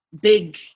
big